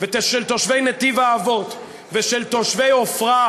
ושל תושבי נתיב-האבות ושל תושבי עפרה,